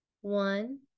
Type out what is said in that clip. One